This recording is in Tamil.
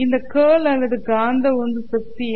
இந்த கேர்ள் அல்லது காந்த உந்து சக்தி எம்